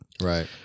Right